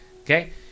Okay